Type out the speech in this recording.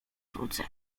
wrócę